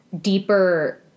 deeper